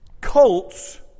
Cults